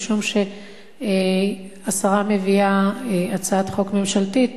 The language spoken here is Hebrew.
משום שהשרה מביאה הצעת חוק ממשלתית